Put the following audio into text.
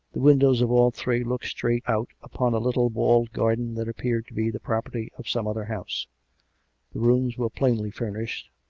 the windows of all three looked straight out upon a little walled garden that appeared to be the property of some other house. the rooms were plainly furnished,